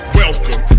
welcome